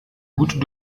gut